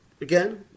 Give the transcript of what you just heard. Again